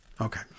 Okay